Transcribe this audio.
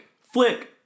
Flick